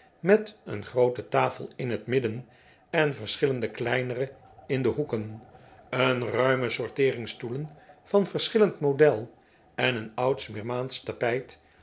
met een groote tafel in het midden en verschillende kleinere in de hoeken een raime sorteering stoelen van verschillend model en een oud smyrnaasch tapijt